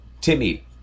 Timmy